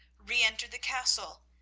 re-entered the castle,